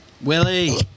Willie